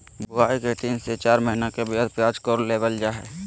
बुआई के तीन से चार महीना के बाद प्याज कोड़ लेबल जा हय